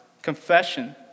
Confession